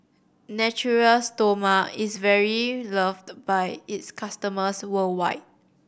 Natura Stoma is very loved by its customers worldwide